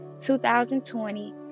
2020